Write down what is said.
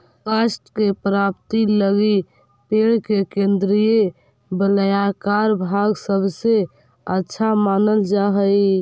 काष्ठ के प्राप्ति लगी पेड़ के केन्द्रीय वलयाकार भाग सबसे अच्छा मानल जा हई